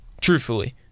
truthfully